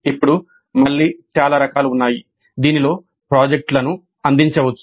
ఇప్పుడు మళ్ళీ చాలా రకాలు ఉన్నాయి దీనిలో ప్రాజెక్టులను అందించవచ్చు